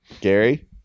Gary